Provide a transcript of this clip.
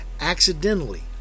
accidentally